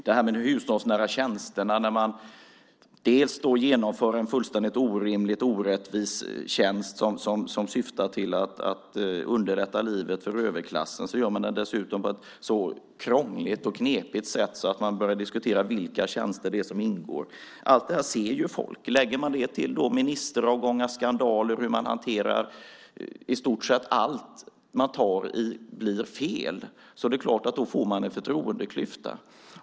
De hushållsnära tjänsterna - när man genomför en fullständigt orimligt orättvis tjänst, som syftar till att underlätta livet för överklassen, gör man det dessutom på ett så krångligt och knepigt sätt att det börjar diskuteras vilka tjänster det är som ingår. Allt det här ser ju folk. Lägger man därtill ministeravgångar, skandaler och att i stort sett allt man tar i blir fel är det klart att det uppstår en förtroendeklyfta.